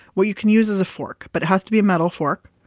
what you can use is a fork, but it has to be a metal fork.